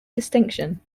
distinction